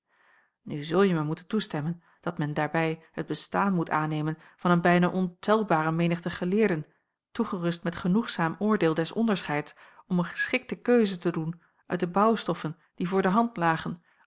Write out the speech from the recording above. nu zulje mij moeten toestemmen dat men daarbij het bestaan moet aannemen van een bijna ontelbare menigte geleerden toegerust met genoegzaam oordeel des onderscheids om een geschikte keuze te doen uit de bouwstoffen die voor de hand lagen